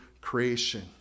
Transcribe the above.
creation